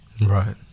Right